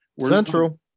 Central